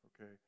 okay